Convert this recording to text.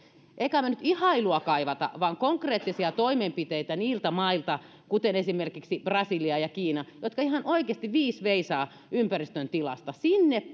emme kai me nyt ihailua kaipaa vaan konkreettisia toimenpiteitä niiltä mailta esimerkiksi brasilialta ja kiinalta jotka ihan oikeasti viis veisaavat ympäristön tilasta sinne